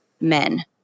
men